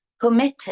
committed